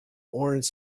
orange